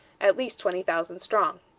at least twenty thousand strong.